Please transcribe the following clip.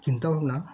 চিন্তা ভাবনা